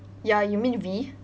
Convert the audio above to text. ya you mean V